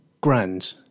grand